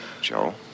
Joe